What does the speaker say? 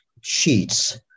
sheets